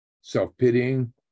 self-pitying